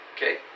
Okay